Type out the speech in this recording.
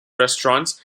restaurants